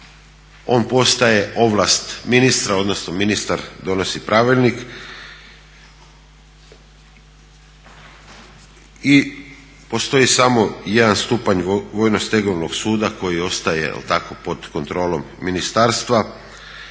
on postaje ovlast ministra odnosno ministar donosi pravilnik i postoji samo jedan stupanj vojno stegovnog suda koji ostaje pod kontrolom ministarstva.